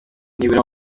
nibura